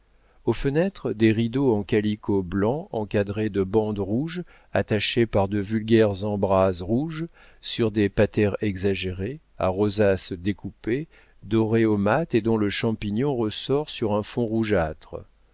aux fenêtres des rideaux en calicot blanc encadrés de bandes rouges attachés par de vulgaires embrasses rouges sur des patères exagérées à rosaces découpées dorées au mat et dont le champignon ressort sur un fond rougeâtre